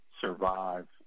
survive